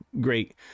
great